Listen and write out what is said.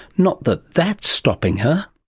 not that that's stopping her.